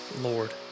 Lord